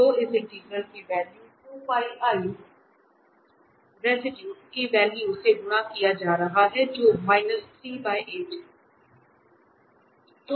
तो इस इंटीग्रल की वैल्यू रेसिडुए के वैल्यू से गुणा किया जा रहा है जो हैं